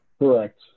Correct